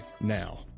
now